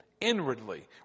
inwardly